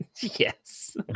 Yes